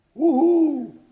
woohoo